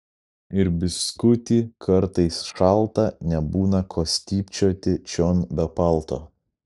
ir biskutį kartais šalta nebūna ko stypčioti čion be palto